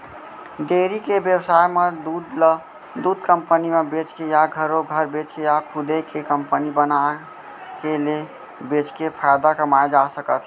dairy के बेवसाय म दूद ल दूद कंपनी म बेचके या घरो घर बेचके या खुदे के कंपनी बनाके ले बेचके फायदा कमाए जा सकत हे